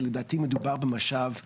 כי לדעתי מדובר במשאב ארצי.